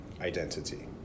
identity